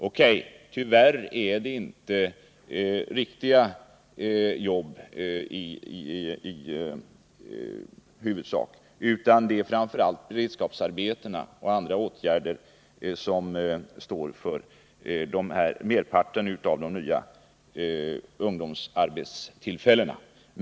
O.K., tyvärr är det i huvudsak inte riktiga jobb utan framför allt beredskapsarbeten och annat som står för merparten av de nya ungdomsarbetena.